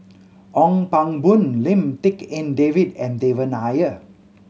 Ong Pang Boon Lim Tik En David and Devan Nair